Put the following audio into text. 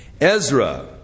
Ezra